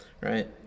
right